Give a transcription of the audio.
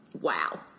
wow